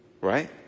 Right